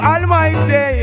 Almighty